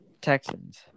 Texans